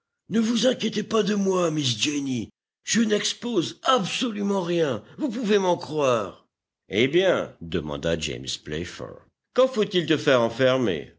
ne vous inquiétez pas de moi miss jenny je n'expose absolument rien vous pouvez m'en croire eh bien demanda james playfair quand faut-il te faire enfermer